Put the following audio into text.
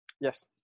Yes